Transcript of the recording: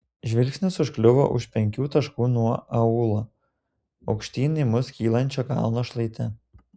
žvilgsnis užkliuvo už penkių taškų nuo aūlo aukštyn į mus kylančio kalno šlaite